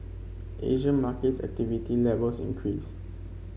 Asian markets activity levels increased